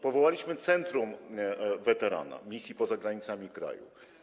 Powołaliśmy Centrum Weterana Działań poza Granicami Kraju.